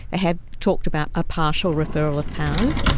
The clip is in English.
they had talked about a partial referral of powers,